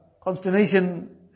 consternation